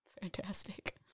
fantastic